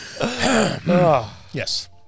Yes